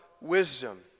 wisdom